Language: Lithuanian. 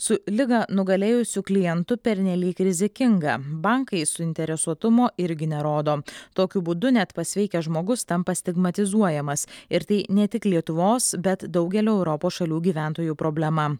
su ligą nugalėjusiu klientu pernelyg rizikinga bankai suinteresuotumo irgi nerodo tokiu būdu net pasveikęs žmogus tampa stigmatizuojamas ir tai ne tik lietuvos bet daugelio europos šalių gyventojų problema